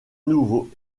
nouveau